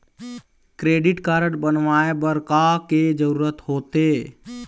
Credit card बनवाए बर का के जरूरत होते?